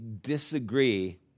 disagree